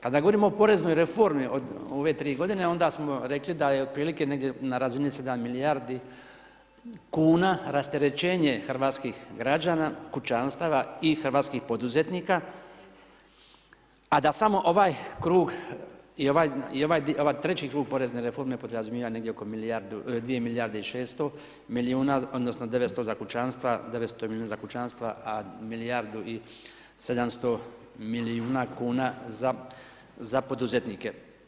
Kada govorimo o poreznoj reformi od, u ove 3 godine onda smo rekli da je otprilike negdje na razini 7 milijardi kuna rasterećenje hrvatskih građana, kućanstava i hrvatskih poduzetnika a da samo ovaj krug i ovaj treći krug porezne reforme podrazumijeva negdje oko 2 milijarde i 600 milijuna, odnosno 900 za kućanstva, 900 milijuna za kućanstva a milijardu i 700 milijuna kuna za poduzetnike.